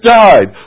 died